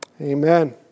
Amen